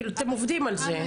אתם עובדים על זה.